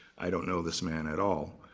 i don't know this man at all.